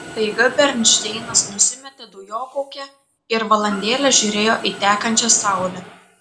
staiga bernšteinas nusimetė dujokaukę ir valandėlę žiūrėjo į tekančią saulę